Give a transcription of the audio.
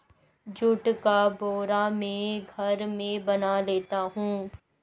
जुट का बोरा मैं घर में बना लेता हूं